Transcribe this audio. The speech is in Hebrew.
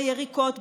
ביריקות,